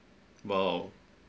!wow!